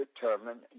determined